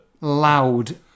loud